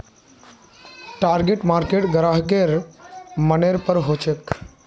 target market ग्राहकेर मनेर पर हछेक